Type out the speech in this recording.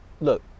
look